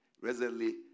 Recently